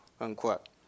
unquote